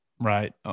Right